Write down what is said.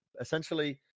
essentially